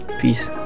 Peace